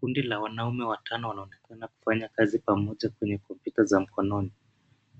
Kundi la wanaume watano wanaonekana kufanya kazi pamoja kwenye kompyuta za mkononi,